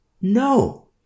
no